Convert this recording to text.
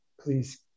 please